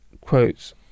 quotes